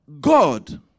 God